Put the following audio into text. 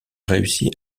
réussi